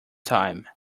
time